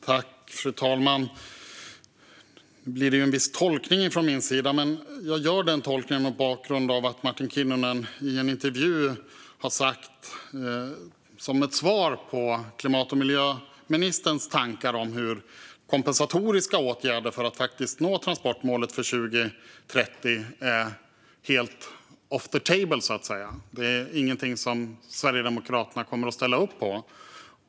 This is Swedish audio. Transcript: Fru talman! Nu blir det en viss tolkning från min sida, men jag gör min tolkning mot bakgrund av att Martin Kinnunen i en intervju som svar på klimat och miljöministerns tankar om kompensatoriska åtgärder för att nå transportmålet för 2030 sa att det inte är någonting som Sverigedemokraterna kommer att ställa upp på.